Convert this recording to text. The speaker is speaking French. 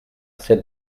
cette